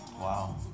wow